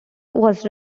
was